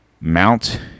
mount